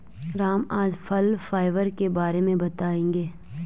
राम आज फल फाइबर के बारे में बताएँगे